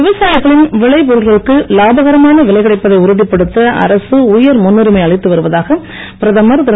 விவசாயிகளின் விளைபொருட்களுக்கு இலாபகரமான விலை கிடைப்பதை உறுதிப்படுத்த அரக உயர் முன்னுரிமை அளித்து வருவதாக பிரதமர் திரு